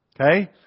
Okay